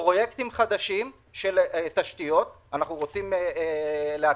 יש פרויקטים חדשים של תשתיות שאנחנו רוצים להקים